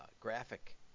graphic